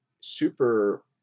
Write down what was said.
super